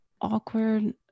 awkward